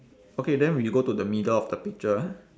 okay then we go to the middle of the picture